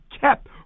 kept